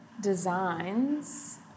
designs